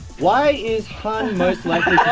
why is han most like